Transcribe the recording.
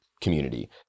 community